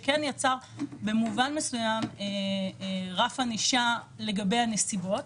שיצר במובן מסוים רף ענישה לגבי הנסיבות,